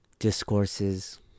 Discourses